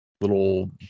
little